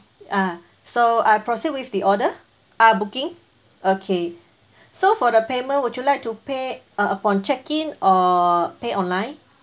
uh so I proceed with the order uh booking okay so for the payment would you like to pay uh upon check in or pay online